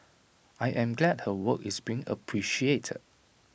I am glad her work is being appreciated